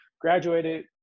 graduated